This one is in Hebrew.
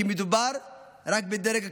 כי מדובר רק בדרג כניסה.